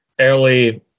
early